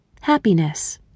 Happiness